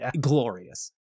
glorious